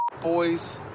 boys